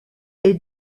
est